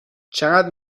چقدر